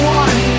one